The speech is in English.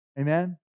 Amen